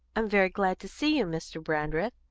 i'm very glad to see you, mr. brandreth,